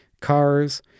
cars